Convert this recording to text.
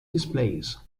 displays